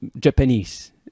Japanese